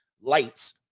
lights